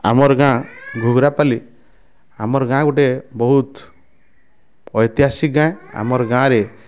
ଆମର ଗାଁ ମୁଗୁରାପାଲ୍ଲୀ ଆମର ଗାଁ ଗୋଟେ ବହୁତ ଐତିହାସିକ ଗାଁ ଆମର ଗାଁରେ